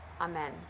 amen